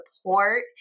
support